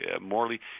Morley